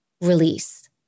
release